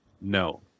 no